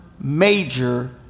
major